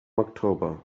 october